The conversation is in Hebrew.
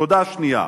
נקודה שנייה: